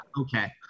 Okay